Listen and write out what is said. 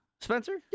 Spencer